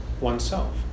oneself